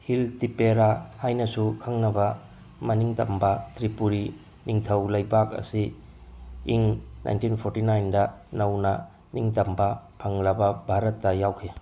hill Tippera ꯍꯥꯏꯅꯁꯨ ꯈꯪꯅꯕ ꯃꯅꯤꯡ ꯇꯝꯕ ꯇ꯭ꯔꯤꯄꯨꯔꯤ ꯅꯤꯡꯊꯧ ꯂꯩꯕꯥꯛ ꯑꯁꯤ ꯏꯪ ꯅꯥꯏꯟꯇꯤꯟ ꯐꯣꯔꯇꯤ ꯅꯥꯏꯟꯗ ꯅꯧꯅ ꯅꯤꯡ ꯇꯝꯕ ꯐꯪꯂꯕ ꯚꯥꯔꯠꯇ ꯌꯥꯎꯈꯤ